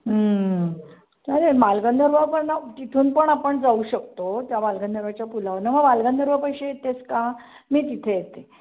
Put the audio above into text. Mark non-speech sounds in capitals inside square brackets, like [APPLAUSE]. चालेल बालगंधर्व [UNINTELLIGIBLE] तिथून पण आपण जाऊ शकतो त्या बालगंधर्वच्या पुलावरनं हो बालगंधर्वपाशी येतेस का मी तिथे येते